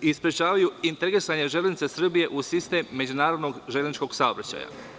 i sprečavaju, integrisanje „Železnice Srbije“ u sistem međunarodnog železničkog saobraćaja.